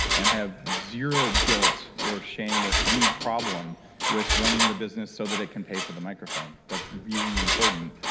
and i have zero guilt or shame or any problem with running the business so that it can pay for the microphone. that's really important,